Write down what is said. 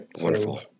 Wonderful